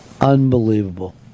Unbelievable